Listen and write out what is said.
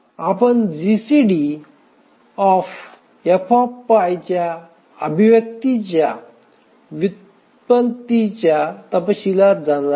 आपण GCDFpi या अभिव्यक्तीच्या व्युत्पत्तीच्या तपशीलात जाणार नाही